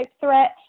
threat